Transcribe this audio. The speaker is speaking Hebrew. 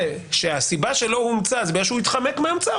שהסיבה שלא הומצא זה בגלל שהוא התחמק מההמצאה,